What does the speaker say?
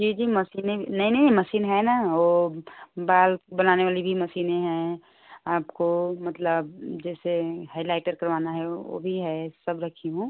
जी जी मशीनें नई नई मशीन है ना ओ बाल बनाने वाली वी मशीने हैं आपको मतलब जैसे हाईलाइटर करवाना है ओ भी है सब रखी हूँ